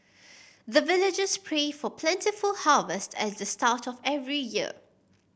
the villagers pray for plentiful harvest at the start of every year